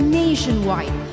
nationwide